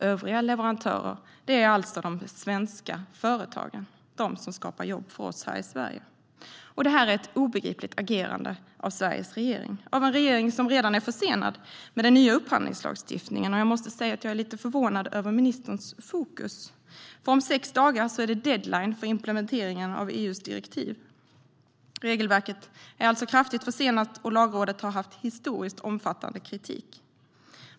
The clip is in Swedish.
Övriga leverantörer är alltså de svenska företagen, de som skapar jobb för oss här i Sverige. Detta är ett obegripligt agerande av Sveriges regering, en regering som redan är försenad med den nya upphandlingslagstiftningen. Och jag måste säga att jag är lite förvånad över ministerns fokus. Om sex dagar är det nämligen deadline för implementeringen av EU:s direktiv. Regelverket är alltså kraftigt försenat, och Lagrådet har haft historiskt omfattande kritik.